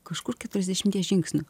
kažkur keturiasdešimties žingsnių